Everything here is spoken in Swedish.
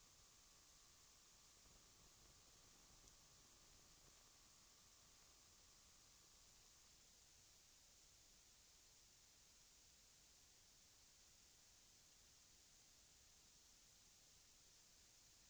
Jag antar att herr Nyhage är helt överens med mig om att det är utomordentligt svårt att lösa dessa problem retroaktivt.